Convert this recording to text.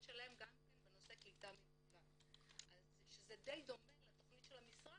שלם בנושא קליטה מיטיבה שזה די דומה לתכנית של המשרד.